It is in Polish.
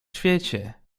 świecie